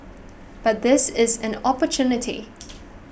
but this is an opportunity